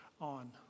on